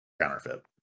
counterfeit